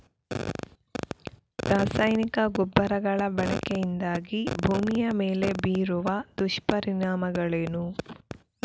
ರಾಸಾಯನಿಕ ಗೊಬ್ಬರಗಳ ಬಳಕೆಯಿಂದಾಗಿ ಭೂಮಿಯ ಮೇಲೆ ಬೀರುವ ದುಷ್ಪರಿಣಾಮಗಳೇನು?